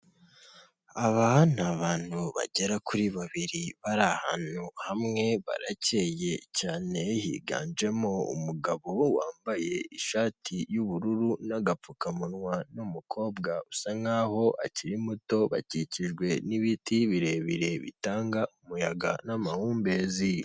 Aba ni abantu bagera kuri babiri, bari ahantu hamwe barakeye cyane, higanjemo umugabo wambaye ishati y'ubururu n'agapfukamunwa n'umukobwa usa nk'aho akiri muto, bakikijwe n'ibiti birebire bitanga umuyaga n'amahumbezi.